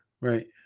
Right